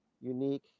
unique